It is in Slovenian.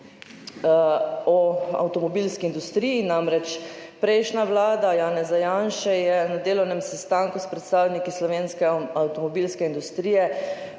avtomobilske industrije. Namreč prejšnja vlada Janeza Janše je na delovnem sestanku s predstavniki slovenske avtomobilske industrije